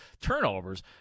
turnovers